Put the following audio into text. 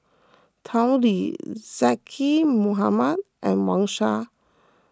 Tao Li Zaqy Mohamad and Wang Sha